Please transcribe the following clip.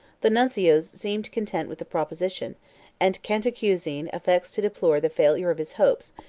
the nuncios seemed content with the proposition and cantacuzene affects to deplore the failure of his hopes,